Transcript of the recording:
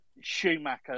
Schumacher